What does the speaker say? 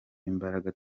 imbaraga